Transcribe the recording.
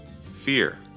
Fear